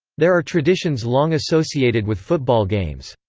there are traditions long associated with football games.